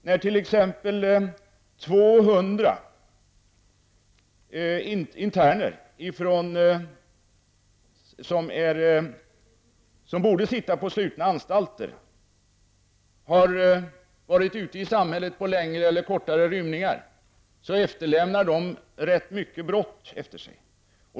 När t.ex. 200 interner som borde sitta på slutna anstalter har varit ute i samhället på längre eller kortare rymningar lämnar de ganska många brott efter sig.